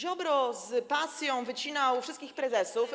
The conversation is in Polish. Ziobro z pasją wycinał wszystkich prezesów.